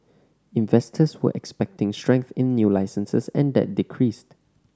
investors were expecting strength in new licences and that decreased